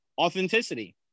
authenticity